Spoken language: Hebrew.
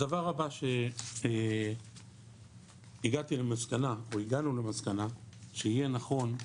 הדבר הבא שהגעתי למסקנה או הגענו למסקנה שיהיה נכון,